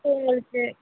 so உங்களுக்கு